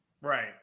Right